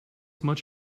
much